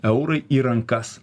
eurai į rankas